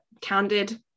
candid